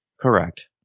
Correct